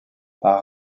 par